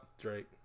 Drake